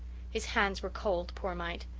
his hands were cold, poor mite.